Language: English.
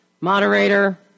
moderator